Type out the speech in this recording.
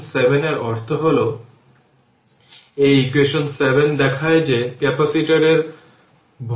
সুতরাং দ্বিতীয় পয়েন্ট হল ক্যাপাসিটরের ভোল্টেজ কন্টিনিউয়াস হতে হবে